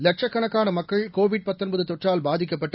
லட்சக்கணக்காள மக்கள் கோவிட் தொற்றால் பாதிக்கப்பட்டு